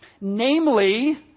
Namely